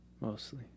mostly